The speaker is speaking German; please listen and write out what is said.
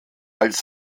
als